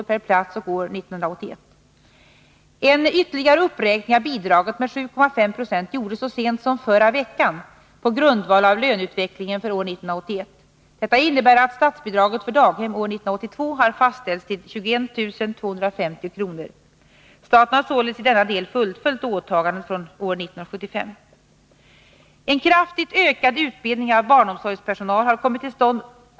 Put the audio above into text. per plats år 1981. En ytterligare uppräkning av bidraget med 7,5 70 gjordes så sent som förra veckan på grundval av löneutvecklingen för år 1981. Detta innebär att statsbidraget för daghem för år 1982 har fastställts till 21 250 kr. Staten har således i denna del fullföljt åtagandet från år 1975. En kraftigt ökad utbildning av barnomsorgspersonal har kommit till stånd.